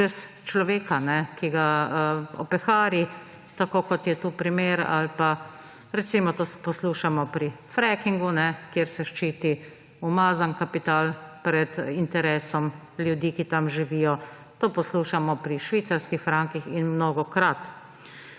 čez človeka, ki ga opehari, tako kot je tu primer ali pa, recimo, to poslušamo pri freakingu, kjer se ščiti umazan kapital pred interesom ljudi, ki tam živijo. To poslušamo pri švicarskih frankih in mnogokrat.